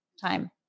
time